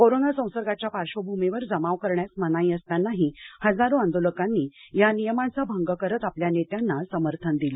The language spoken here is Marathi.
कोरोना संसर्गाच्या पार्श्वभूमीवर जमाव करण्यास मनाई असतानाही हजारो आंदोलकांनी या नियमांचा भंग करत आपल्या नेत्यांना समर्थन दिलं